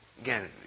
Again